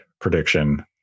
prediction